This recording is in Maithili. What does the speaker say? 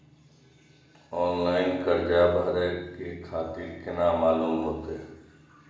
ऑनलाइन कर्जा भरे के तारीख केना मालूम होते?